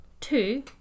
two